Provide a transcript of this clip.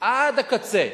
עד הקצה.